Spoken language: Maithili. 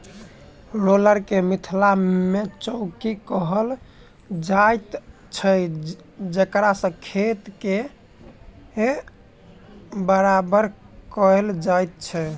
रोलर के मिथिला मे चौकी कहल जाइत छै जकरासँ खेत के बराबर कयल जाइत छै